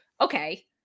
okay